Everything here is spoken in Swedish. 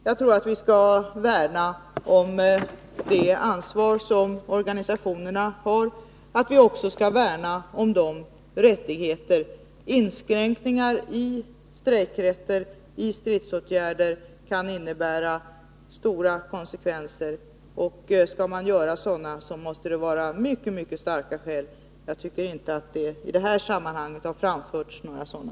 Jag tror att vi skall värna om det ansvar som organisationerna har. Vi skall också värna om deras rättigheter. Inskränkningar i strejkrätten och valet av stridsåtgärder kan få stora konsekvenser. Skall man göra sådana måste det finnas mycket starka skäl härför. Jag tycker inte att det i detta sammanhang har framförts några sådana.